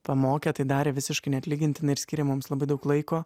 pamokė tai darė visiškai neatlygintinai ir skyrė mums labai daug laiko